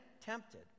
tempted